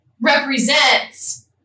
represents